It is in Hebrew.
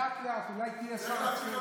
לאט-לאט, אולי תהיה שר.